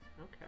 Okay